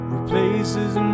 replaces